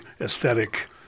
aesthetic